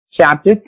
chapter